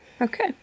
Okay